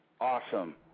Awesome